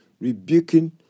rebuking